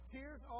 Tears